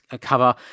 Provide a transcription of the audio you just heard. cover